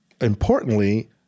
importantly